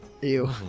Ew